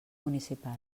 municipal